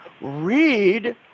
read